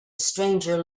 stranger